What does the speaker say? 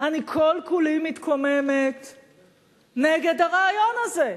אני כל כולי מתקוממת נגד הרעיון הזה.